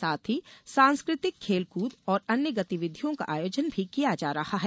साथ ही सांस्कृतिक खेल कूद और अन्य गतिविधियों का आयोजन भी किया जा रहा है